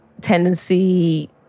tendency